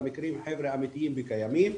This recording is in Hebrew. והמקרים חבר'ה, אמיתיים וקיימים,